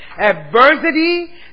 adversity